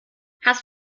hast